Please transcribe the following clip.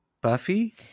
Buffy